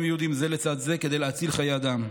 ויהודים זה לצד זה כדי להציל חיי אדם.